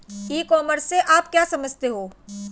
ई commerce से आप क्या समझते हो?